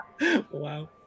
Wow